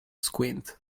squint